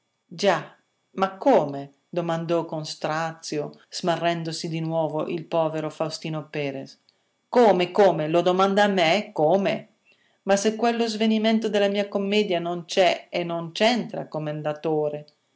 già ma come domandò con strazio smarrendosi di nuovo il povero faustino perres come come lo domanda a me come ma se quello svenimento nella mia commedia non c'è e non c'entra commendatore